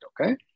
okay